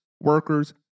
workers